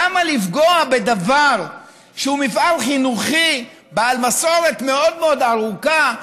למה לפגוע בדבר שהוא מפעל חינוכי בעל מסורת מאוד מאוד ארוכה,